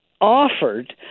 offered